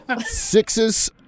Sixes